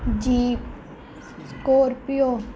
jeep scorpio